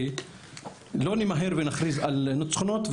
שלא נמהר ונכריז על ניצחונות.